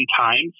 times